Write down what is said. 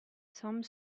some